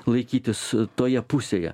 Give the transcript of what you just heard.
laikytis toje pusėje